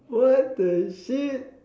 what the shit